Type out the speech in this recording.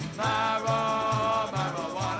marijuana